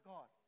God